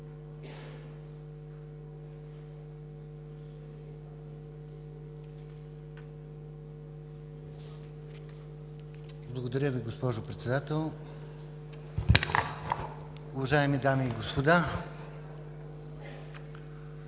Благодаря Ви, госпожо Председател. Уважаеми дами и господа!